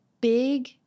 big